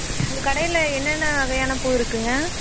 உங்கள் கடையில் என்னென்ன வகையான பூ இருக்குதுங்க